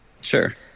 Sure